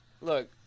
look